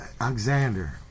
Alexander